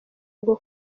rwo